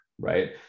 right